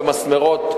במסמרות,